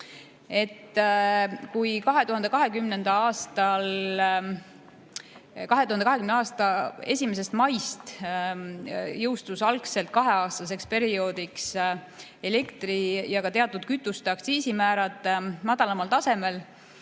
2020. aasta 1. maist jõustusid algselt kaheaastaseks perioodiks elektri ja teatud kütuste aktsiisimäärad madalamal tasemel.